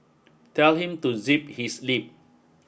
tell him to zip his lip